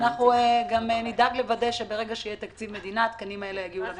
אנחנו גם נדאג לוודא שברגע שיהיה תקציב מדינה התקנים האלה יגיעו למשרד.